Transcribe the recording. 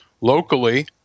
locally